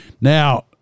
Now –